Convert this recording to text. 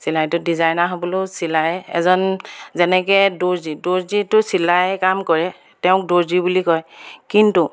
চিলাইটোত ডিজাইনাৰ হ'বলৈও চিলাই এজন যেনেকৈ দৰ্জী দৰ্জীটো চিলাই কাম কৰে তেওঁক দৰ্জী বুলি কয় কিন্তু